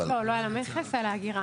לא, לא על המכס, על האגירה.